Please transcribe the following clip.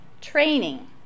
training